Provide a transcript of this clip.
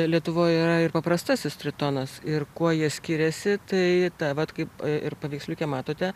lietuvoj yra ir paprastasis tritonas ir kuo jie skiriasi tai ta vat kaip ir paveiksliuke matote